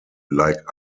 like